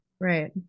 Right